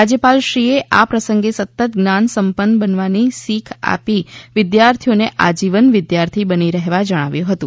રાજ્યપાલશ્રીએ આ પ્રસંગે સતત જ્ઞાનસંપન્ન બનવાની શીખ આપી વિદ્યાર્થીઓને આજીવન વિદ્યાર્થી બની રહેવા જણાવ્યુ હતુ